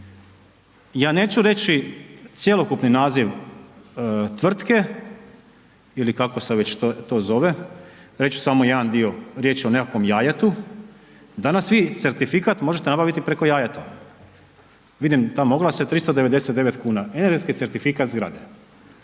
Ja neću reći cjelokupni naziv tvrtke ili kako se već to zove, reću samo jedan dio, riječ je o nekakvom jajetu, danas vi certifikat možete nabaviti preko Jajeta, vidim tamo oglase 399,00 kn energetski certifikat zgrade,